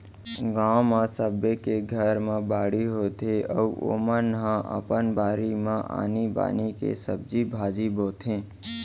गाँव म सबे के घर म बाड़ी होथे अउ ओमन ह अपन बारी म आनी बानी के सब्जी भाजी बोथे